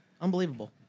Unbelievable